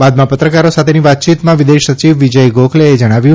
બાદમાં પત્રકારો સાથેની વાતયીતમાં વિદેશ સચિવ વિજય ગોખલેએ જણાવ્યું